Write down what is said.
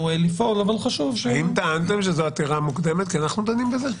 לפעול אבל חשוב --- האם טענתם שזו עתירה מוקדמת כי אנחנו דנים בזה?